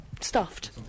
Stuffed